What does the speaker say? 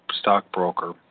stockbroker